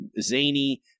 zany